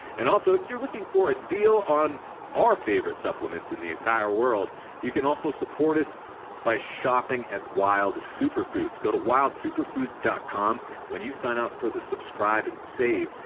and also, if you're looking for a deal on our favorite supplements in the entire world you can also support us by shopping at wild superfoods. go to wildsuperfoods dot com and when you sign up for the subscribe and save,